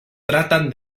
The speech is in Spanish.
tratan